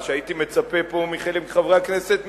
מה שהייתי מצפה פה מחלק מחברי הכנסת,